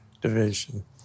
division